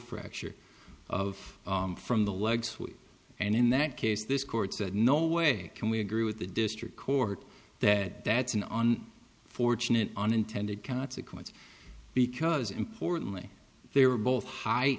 fracture of from the legs and in that case this court said no way can we agree with the district court that that's an on fortunate unintended consequence because importantly they were both high